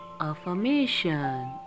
affirmation